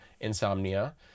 Insomnia